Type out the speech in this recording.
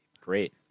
Great